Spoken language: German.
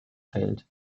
fällt